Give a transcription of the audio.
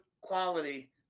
quality